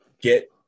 get